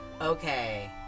Okay